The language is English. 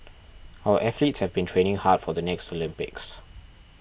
our athletes have been training hard for the next Olympics